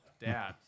Dad